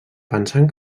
pensant